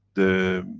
the.